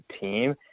team